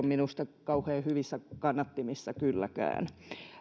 minusta kauhean hyvissä kannattimissa kylläkään